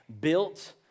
built